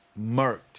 murked